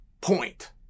point